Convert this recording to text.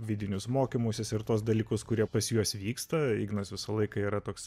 vidinius mokymusis ir tuos dalykus kurie pas juos vyksta ignas visą laiką yra toks